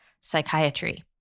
psychiatry